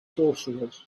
sorcerers